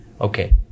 Okay